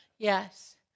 Yes